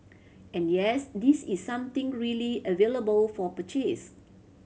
and yes this is something really available for purchase